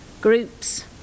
groups